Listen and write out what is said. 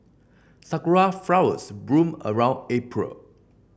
sakura flowers bloom around April